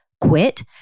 quit